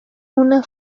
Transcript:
una